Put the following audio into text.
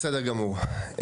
בסדר גמור.